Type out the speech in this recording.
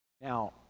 Now